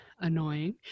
annoying